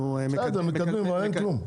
אבל אין כלום.